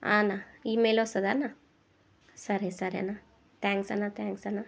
ఆ అన్నా ఈమెయిల్ వస్తదా అన్నా సరే సరే అనా థ్యాంక్స్ అన్నా థ్యాంక్స్ అన్నా